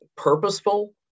purposeful